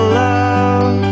love